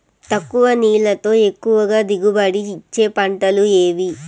తక్కువ నీళ్లతో ఎక్కువగా దిగుబడి ఇచ్చే పంటలు ఏవి?